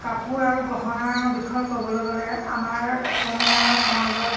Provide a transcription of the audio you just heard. কাপোৰ আৰু গহনাৰ বিষয়ে ক'বলৈ গ'লে আমাৰ অসমীয়া সমাজত